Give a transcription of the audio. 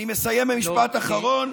אני מסיים במשפט אחרון.